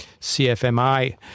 CFMI